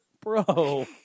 Bro